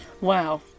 wow